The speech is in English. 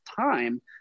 time